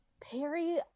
Perry